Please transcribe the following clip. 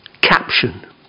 caption